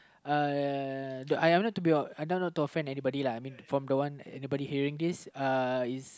uh I'm not to be I'm not to offend anybody lah I mean from the one anybody hearing this uh is